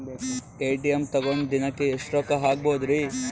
ATM ತಗೊಂಡ್ ದಿನಕ್ಕೆ ಎಷ್ಟ್ ರೊಕ್ಕ ಹಾಕ್ಬೊದ್ರಿ?